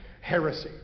heresy